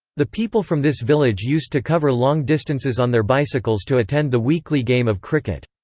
the people from this village used to cover long distances on their bicycles to attend the weekly game of cricket.